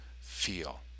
feel